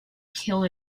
kill